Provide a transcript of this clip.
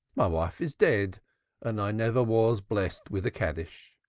my wife is dead and i never was blessed with a kaddish.